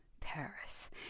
Paris